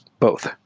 both.